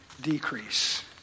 decrease